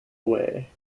way